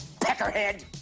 peckerhead